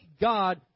God